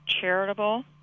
charitable